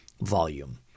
volume